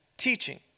teaching